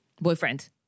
boyfriend